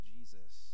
Jesus